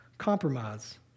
Compromise